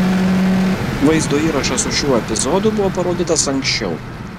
vaizdo įrašas su šiuo epizodu buvo parodytas anksčiau